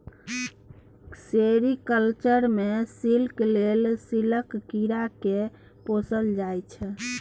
sericulture मे silk लेल सिल्कक कीरा केँ पोसल जाइ छै